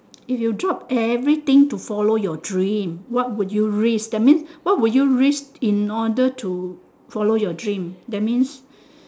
if you drop everything to follow your dream what would you risk that mean what would you risk in order to follow your dream that means